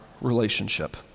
relationship